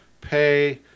pay